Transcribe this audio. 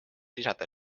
lisada